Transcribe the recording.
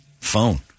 phone